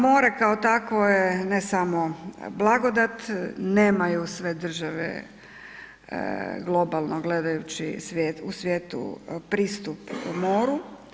More kao takvo je ne samo blagodat, nemaju sve države globalno gledajući u svijetu pristup moru.